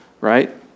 right